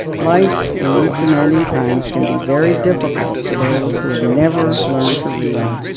life, in these demanding times, can be very difficult for those who have never learned to read,